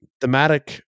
thematic